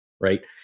right